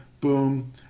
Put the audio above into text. boom